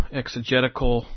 exegetical